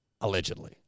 Allegedly